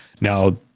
Now